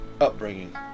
upbringing